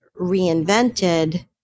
reinvented